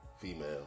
female